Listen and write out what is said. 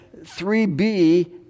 3b